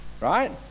Right